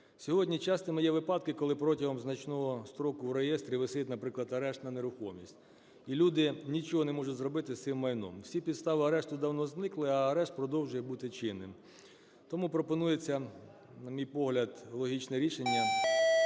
Сьогодні частими є випадки, коли протягом значного строку в реєстрі висить, наприклад, арешт на нерухомість. І люди нічого не можуть зробити з цим майном. Всі підстави арешту давно зникли, а арешт продовжує бути чинним. Тому пропонується, на мій погляд, логічне рішення: